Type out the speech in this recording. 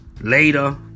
later